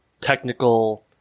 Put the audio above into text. technical